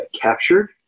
captured